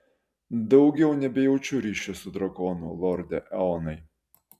daugiau nebejaučiu ryšio su drakonu lorde eonai